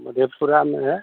मधेपुरा में है